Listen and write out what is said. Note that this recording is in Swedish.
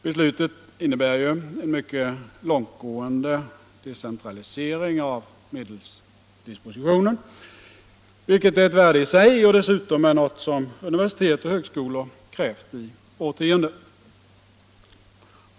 Beslutet innebär ju mycket långtgående decentralisering av medelsdispositionen, vilket är ett värde i sig och vilket dessutom universitet och högskolor krävt i årtionden.